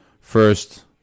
first